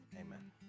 Amen